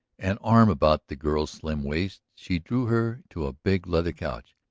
an arm about the girl's slim waist, she drew her to a big leather couch.